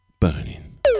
burning